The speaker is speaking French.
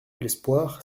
l’espoir